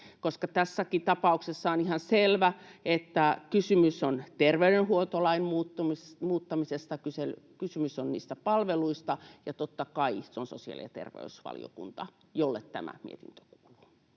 Tässäkin tapauksessa on ihan selvä, että kysymys on terveydenhuoltolain muuttamisesta, kysymys on niistä palveluista, ja totta kai se on sosiaali- ja terveysvaliokunta, jolle tämä mietintö kuuluu.